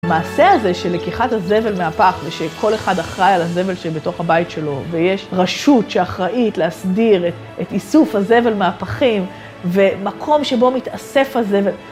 המעשה הזה של לקיחת הזבל מהפח, ושכל אחד אחראי על הזבל שבתוך הבית שלו, ויש רשות שאחראית להסדיר את איסוף הזבל מהפחים, ומקום שבו מתאסף הזבל